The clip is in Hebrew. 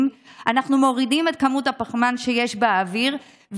אנחנו מורידים את כמות הפחמן שיש באוויר,